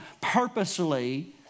purposely